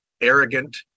arrogant